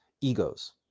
egos